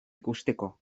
ikusteko